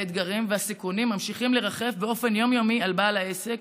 האתגרים והסיכונים ממשיכים לרחף באופן יום-יומי מעל בעל העסק,